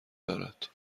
دارد